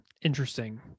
Interesting